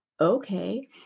okay